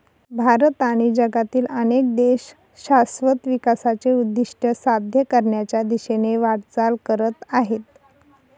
भारत आणि जगातील अनेक देश शाश्वत विकासाचे उद्दिष्ट साध्य करण्याच्या दिशेने वाटचाल करत आहेत